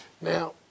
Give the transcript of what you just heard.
Now